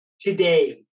today